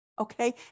Okay